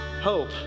hope